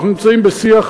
אנחנו נמצאים בשיח,